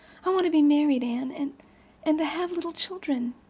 i want to be married, anne and and have little children.